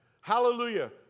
Hallelujah